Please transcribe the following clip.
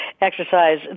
exercise